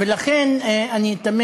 ולכן, אני תמה